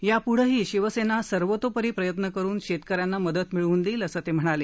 यापुढंही शिवसेना सर्वतोपरी प्रयत्न करून शेतकऱ्यांना मदत मिळवून देईल असं ते म्हणाले